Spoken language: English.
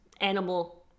animal